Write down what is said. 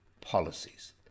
policies